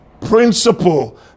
principle